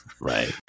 right